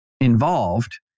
involved